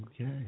Okay